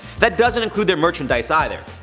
that doesn't include their merchandise either.